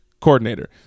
coordinator